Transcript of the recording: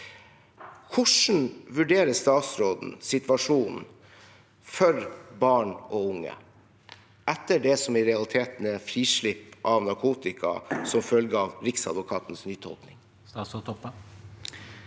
Hvordan vurderer statsråden situasjonen for barn og unge etter det som i realiteten er et frislipp av narkotika som følge av Riksadvokatens nytolkning? Statsråd